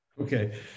okay